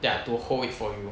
ya to hold it for you